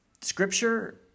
Scripture